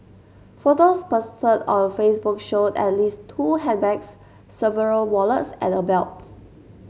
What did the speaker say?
photos posted on Facebook showed at least two handbags several wallets and a belt